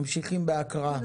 ממשיכים בהקראה.